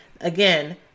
Again